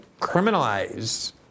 criminalize